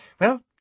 Well